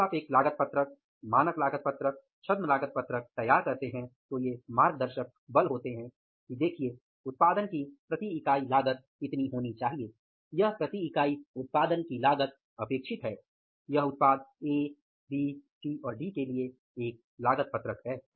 जब आप एक लागत पत्रक मानक लागत पत्रक छद्म लागत पत्रक तैयार करते हैं तो ये मार्गदर्शक बल होते हैं कि देखिये उत्पादन की प्रति इकाई लागत इतनी होनी चाहिए यह प्रति इकाई उत्पादन की अपेक्षित लागत है यह उत्पाद ए बी सी और डी के लिए एक लागत पत्रक है